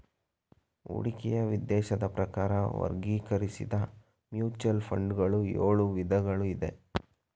ಹೂಡಿಕೆಯ ಉದ್ದೇಶದ ಪ್ರಕಾರ ವರ್ಗೀಕರಿಸಿದ್ದ ಮ್ಯೂಚುವಲ್ ಫಂಡ್ ಗಳು ಎಳು ವಿಧಗಳು ಇದೆ